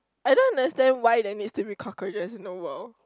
I don't understand why there needs to be cockroaches in the world